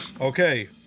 Okay